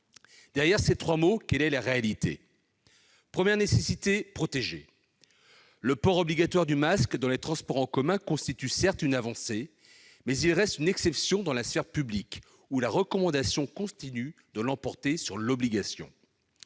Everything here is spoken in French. Derrière ces trois mots, quelle est la réalité ? La première nécessité est de protéger. Le port obligatoire du masque dans les transports en commun constitue certes une avancée, mais il reste une exception dans la sphère publique, où la recommandation continue de l'emporter sur l'obligation.